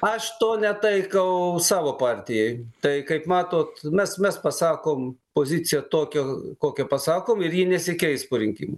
aš to netaikau savo partijai tai kaip matot mes mes pasakom poziciją tokio kokią pasakom ir ji nesikeis po rinkimų